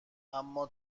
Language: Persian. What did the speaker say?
اما